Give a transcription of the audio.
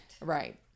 Right